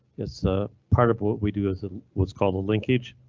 it's ah part of what we do is ah what's called a linkage.